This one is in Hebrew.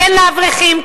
כן לאברכים,